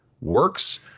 works